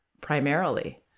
primarily